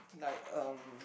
like um